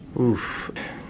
Oof